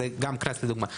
זה לדוגמה, גם קנס.